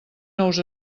nous